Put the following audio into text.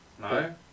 No